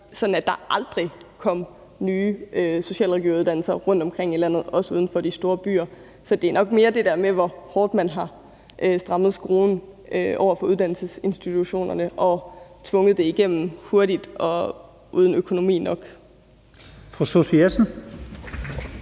kom der aldrig nye socialrådgiveruddannelser rundtomkring i landet, også uden for de store byer. Så det er nok mere det der med, hvor meget man har strammet skruen over for uddannelsesinstitutionerne og tvunget det igennem hurtigt uden økonomi nok.